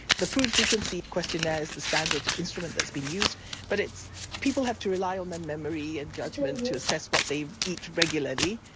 the food frequency questionnaire is the standard instrument that's been used but people have to rely on their memory and judgment to assess what they eat regularly.